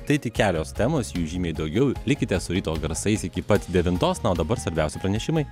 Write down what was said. tai tik kelios temos jų žymiai daugiau likite su ryto garsais iki pat devintos na o dabar svarbiausi pranešimai